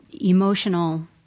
emotional